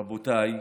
רבותיי,